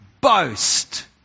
boast